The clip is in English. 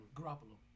Garoppolo